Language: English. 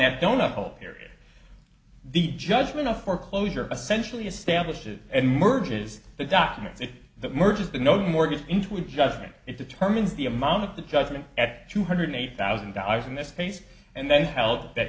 that donut hole period the judgment of foreclosure essentially establishes and merges the documents that merges the note mortgage into a judgment it determines the amount of the judgment at two hundred eighty thousand dollars in this case and then held that